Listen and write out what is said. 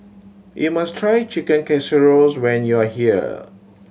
you must try Chicken Casseroles when you are here